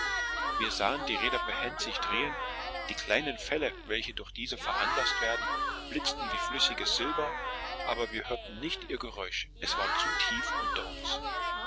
wir sahen die räder behend sich drehen die kleinen fälle welche durch diese veranlaßt werden blitzten wie flüssiges silber aber wir hörten nicht ihr geräusch es war zu tief unter uns